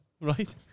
right